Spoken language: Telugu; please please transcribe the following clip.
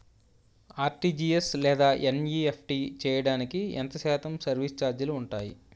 ఆర్.టీ.జీ.ఎస్ లేదా ఎన్.ఈ.ఎఫ్.టి చేయడానికి ఎంత శాతం సర్విస్ ఛార్జీలు ఉంటాయి?